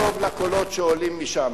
תקשיב טוב לקולות שעולים משם,